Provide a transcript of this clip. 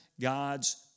God's